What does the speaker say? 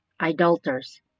idolaters